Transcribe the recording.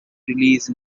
release